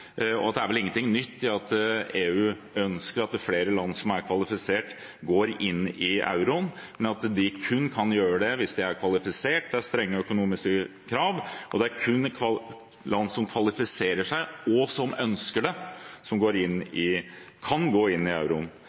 Det er vel ingenting nytt i at EU ønsker at flere land som er kvalifisert, går inn i euroen, men de kan kun gjøre det hvis de er kvalifisert, det er strenge økonomiske krav, og det er kun land som kvalifiserer seg, og som ønsker det, som kan gå inn i